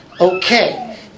Okay